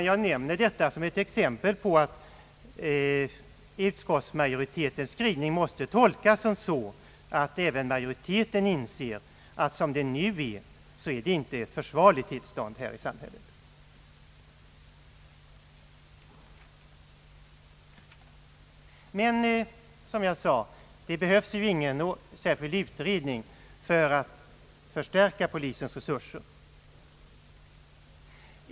Jag har nämnt detta som exempel på att utskottsmajoritetens skrivning måste tolkas så att även majoriteten inser att det nuvarande tillståndet i samhället inte är försvarligt. Men, som jag sade, det behövs ingen särskild utredning för att förstärka polisens resurser.